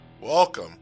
Welcome